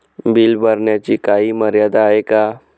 Bill भरण्याची काही मर्यादा आहे का?